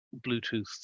Bluetooth